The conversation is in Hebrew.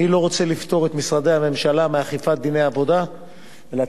אני לא רוצה לפטור את משרדי הממשלה מאכיפת דיני עבודה ולתת